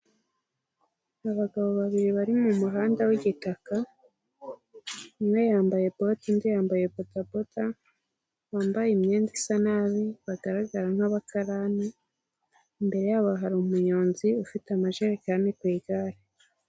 Abagabo babiri bari mu muhanda w'igitaka. Umwe yambaye bote undi yambaye bodaboda, wambaye imyenda isa nabi. Bagaragara nk'abakarani. Imbere yabo hari umunyonzi ufite amajerekani ku igare.